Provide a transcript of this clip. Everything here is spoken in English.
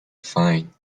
fine